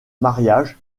mariage